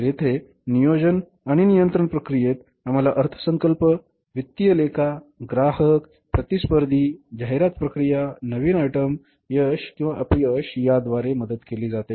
तर येथे नियोजन आणि नियंत्रण प्रक्रियेत आम्हाला अर्थसंकल्प वित्तीय लेखा ग्राहक प्रतिस्पर्धी जाहिरात प्रक्रिया नवीन आयटम यश किंवा अपयश द्वारे मदत केली जाते